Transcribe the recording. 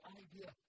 idea